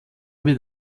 wird